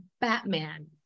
Batman